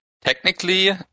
technically